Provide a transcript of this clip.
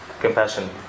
compassion